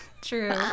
true